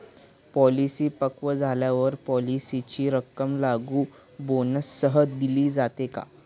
Policy पक्व झाल्यावर पॉलिसीची रक्कम लागू बोनससह दिली जाते का?